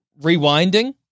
rewinding